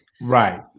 right